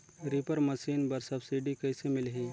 Reaper machine बर subsidy कइसे मिलही?